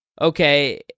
okay